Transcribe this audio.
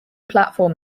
platform